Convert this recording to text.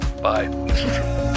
Bye